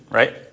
right